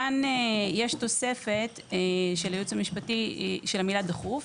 כאן יש תוספת של הייעוץ המשפטי של המילה "דחוף"